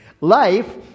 Life